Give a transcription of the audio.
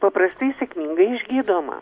paprastai sėkmingai išgydoma